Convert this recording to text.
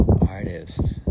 artist